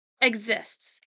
exists